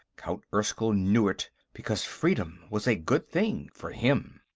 count erskyll knew it, because freedom was a good thing for him.